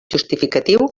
justificatiu